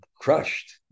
crushed